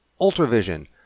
ultravision